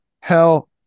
Hell